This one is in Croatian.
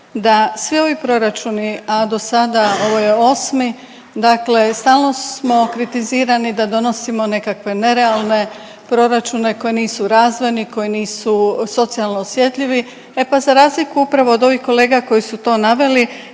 da svi ovi proračuni, a do sada ovo je osmi, dakle stalno smo kritiziramo da donosimo nekakve nerealne proračune koji nisu razvojni, koji nisu socijalno osjetljivi. E pa za razliku upravo od ovih kolega koji su to naveli